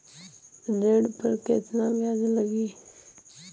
ऋण पर केतना ब्याज लगी?